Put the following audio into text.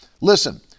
Listen